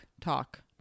talk